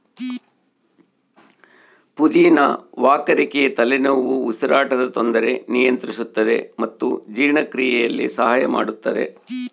ಪುದಿನ ವಾಕರಿಕೆ ತಲೆನೋವು ಉಸಿರಾಟದ ತೊಂದರೆ ನಿಯಂತ್ರಿಸುತ್ತದೆ ಮತ್ತು ಜೀರ್ಣಕ್ರಿಯೆಯಲ್ಲಿ ಸಹಾಯ ಮಾಡುತ್ತದೆ